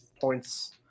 points